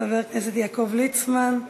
חבר הכנסת יעקב ליצמן,